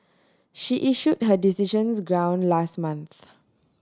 she issued her decisions ground last month